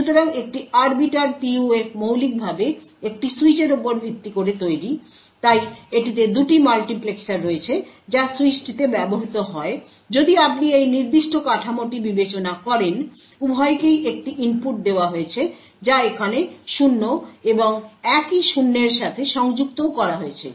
সুতরাং একটি arbiter PUF মৌলিকভাবে একটি সুইচের উপর ভিত্তি করে তৈরী তাই এটিতে 2টি মাল্টিপ্লেক্সার রয়েছে যা সুইচটিতে ব্যবহৃত হয় যদি আপনি এই নির্দিষ্ট কাঠামোটি বিবেচনা করেন উভয়কেই একই ইনপুট দেওয়া হয়েছে যা এখানে 0 এবং একই 0 এর সাথে সংযুক্তও করা হয়েছে